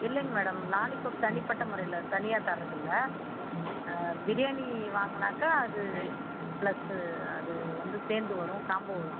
இல்லைங்க madam lollipop தனிப்பட்ட முறையில் தனியாக தர்றதில்ல பிரியாணி வாங்கினாக்கா அது ப்ளஸ்ஸு அது வந்து சேர்ந்து வரும் காம்போ தான்